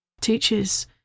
teaches